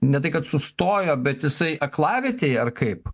ne tai kad sustojo bet jisai aklavietėj ar kaip